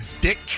dick